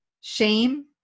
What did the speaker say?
shame